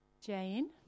Jane